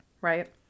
Right